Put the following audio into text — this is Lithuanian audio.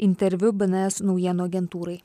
interviu bns naujienų agentūrai